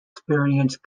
experience